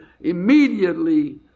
immediately